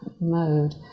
mode